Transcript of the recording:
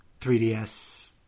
3DS